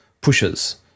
pushes